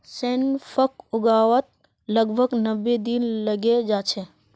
सौंफक उगवात लगभग नब्बे दिन लगे जाच्छे